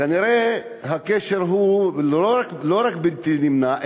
כנראה הקשר הוא לא רק בלתי נמנע,